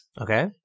Okay